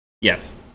Yes